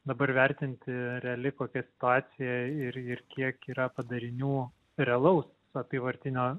dabar vertinti reali kokia situacija ir ir kiek yra padarinių realaus apyvartinio